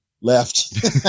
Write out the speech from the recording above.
left